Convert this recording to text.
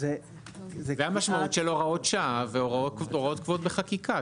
זה המשמעות של הוראות שעה והוראות קבועות בחקיקה.